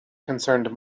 concerned